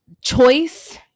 choice